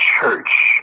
church